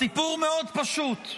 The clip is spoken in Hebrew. הסיפור מאוד פשוט.